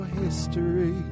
history